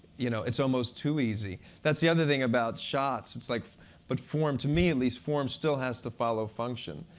you know it's almost too easy. that's the other thing about shots. like but form, to me at least, form still has to follow function.